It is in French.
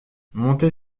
monter